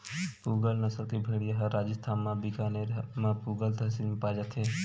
पूगल नसल के भेड़िया ह राजिस्थान म बीकानेर म पुगल तहसील म पाए जाथे